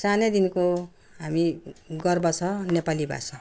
सानैदेखिन्को हामी गर्व छ नेपाली भाषा